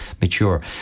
mature